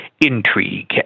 intrigue